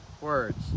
words